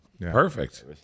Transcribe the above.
Perfect